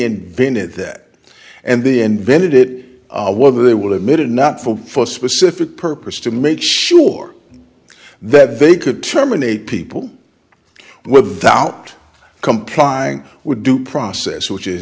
invented that and they invented it whether they will admit it not for a specific purpose to make sure that they could terminate people without complying with due process which is